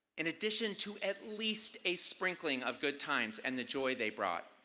in addition to at least a sprinkling of good times and the joy they brought,